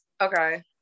Okay